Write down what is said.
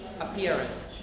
appearance